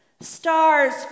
Stars